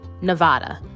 Nevada